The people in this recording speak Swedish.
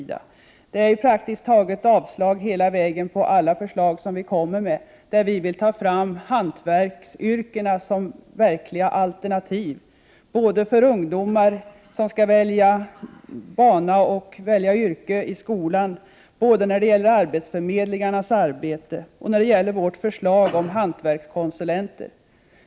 Det är avslag praktiskt taget hela vägen på alla förslag som vi framför, t.ex. när vi vill ta fram hantverksyrkena som verkliga alternativ för ungdomar som står i begrepp att välja yrke, när det gäller förslaget om arbetsförmedlingarnas arbete och i fråga om vårt förslag om hantverkskonsulenter.